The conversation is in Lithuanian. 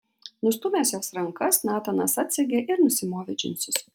nustūmęs jos rankas natanas atsegė ir nusimovė džinsus